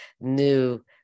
new